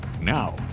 Now